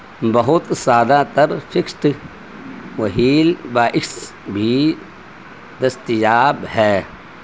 بہت سادہ تر فکسڈ وہیل بائیکس بھی دستیاب ہے